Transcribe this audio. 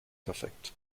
perfekt